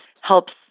Helps